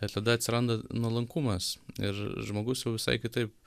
ir tada atsiranda nuolankumas ir žmogus jau visai kitaip